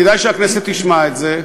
כדאי שהכנסת תשמע את זה,